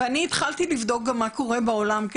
ואני התחלתי לבדוק גם מה קורה בעולם,